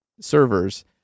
servers